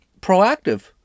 proactive